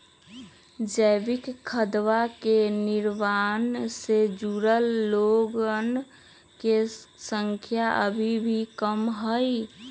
जैविक खदवा के निर्माण से जुड़ल लोगन के संख्या अभी भी कम हई